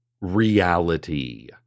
reality